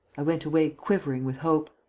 i went away quivering with hope.